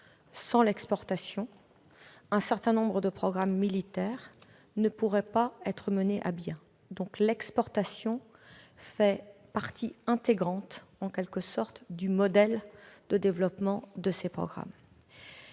sans l'exportation, un certain nombre de programmes militaires ne pourraient pas être menés à bien. L'exportation fait donc partie intégrante, en quelque sorte, du modèle de développement de ces programmes.